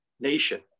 nation